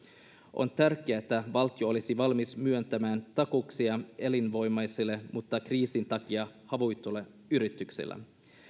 on tärkeää että valtio olisi valmis myöntämään takuuksia elinvoimaisille mutta kriisin takia haavoittuneille yrityksille